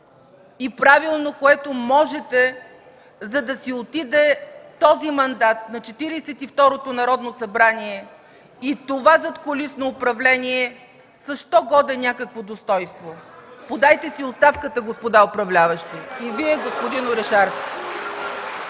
и правилно, което можете, за да си отиде този мандат на Четиридесет и второто Народно събрание и това задкулисно управление с що-годе някакво достойнство! Подайте си оставката, господа управляващи, и Вие, господин Орешарски!